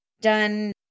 done